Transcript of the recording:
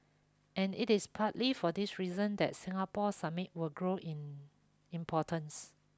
and it is partly for this reason that Singapore Summit will grow in importance